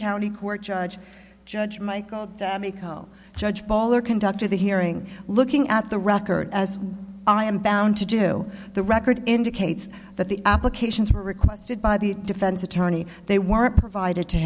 county court judge judge michael i'm a co judge bawler conducted the hearing looking at the record as i am bound to do the record indicates that the applications were requested by the defense attorney they were provided to